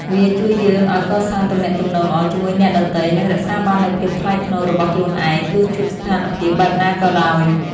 វាជួយយើងឱ្យកសាងទំនាក់ទំនងល្អជាមួយអ្នកដទៃ និងរក្សាបាននូវភាពថ្លៃថ្នូររបស់ខ្លួនឯង ទោះជួបស្ថានភាពបែបណាក៏ដោយ។